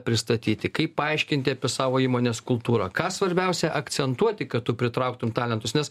pristatyti kaip paaiškinti apie savo įmonės kultūrą ką svarbiausia akcentuoti kad tu pritrauktum talentus nes